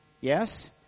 Yes